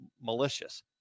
malicious